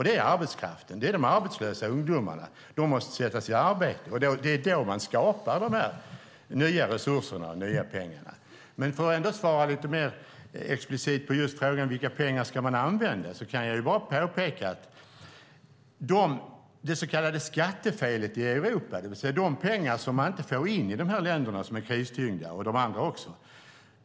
Det är arbetskraften, och det är de arbetslösa ungdomarna. De måste sättas i arbete. Då skapar man de nya resurserna och pengarna. Låt mig svara lite mer explicit på frågan om vilka pengar man ska använda. Det så kallade skattefelet i Europa är de pengar som man inte får in i de kristyngda länderna och andra länder.